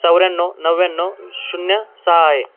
चौऱ्याण्णव नव्याण्णव शून्य सहा आहे